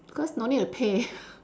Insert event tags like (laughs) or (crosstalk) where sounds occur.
because no need to pay (laughs)